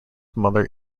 mother